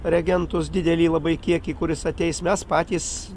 reagentus didelį labai kiekį kuris ateis mes patys